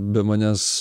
be manęs